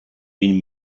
vint